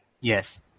Yes